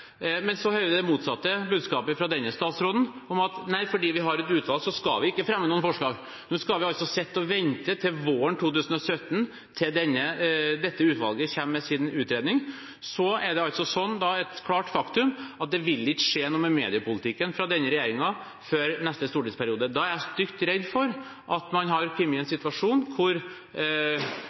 Men så hører jeg det motsatte budskapet fra denne statsråden – at fordi vi har et utvalg, så skal vi ikke fremme noen forslag. Nå skal vi altså sitte og vente til våren 2017, når dette utvalget kommer med sin utredning. Da er det et klart faktum at det ikke vil skje noe med mediepolitikken fra denne regjeringen før neste stortingsperiode. Jeg er stygt redd for at man da har kommet i en situasjon hvor